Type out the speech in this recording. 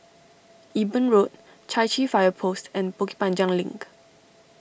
Eben Road Chai Chee Fire Post and Bukit Panjang Link